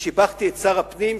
שיבחתי את שר הפנים,